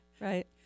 Right